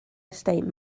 estate